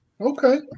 Okay